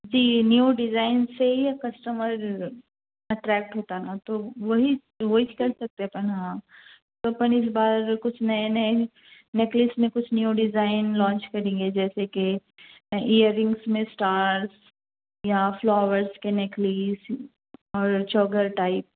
جی new design سے ہی customer attract ہوتا نا تو وہی وہیچ کر سکتے اپن ہاں تو اپن اس بار کچھ نئے نئے نکلس میں کچھ نیو ڈیزائن لانچ کریں گے جیسے کہ ایئر رنگس میں اسٹارس یا فلاورس کے نکلیس اور چوگر ٹائپ